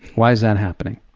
why is that happening.